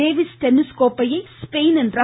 Davis tennis கோப்பையை ஸ்பெயினின் ர